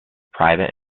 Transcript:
private